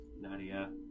Nadia